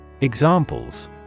Examples